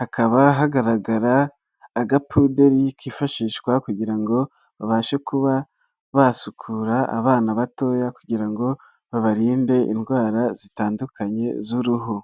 hakaba hagaragara agapuderi kifashishwa kugira ngo baba babashe kuba basukura abana batoya kugira ngo babarinde indwara zitandukanye z'uruhu.